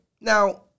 Now